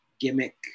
gimmick